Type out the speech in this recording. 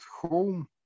home